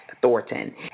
Thornton